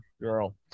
girl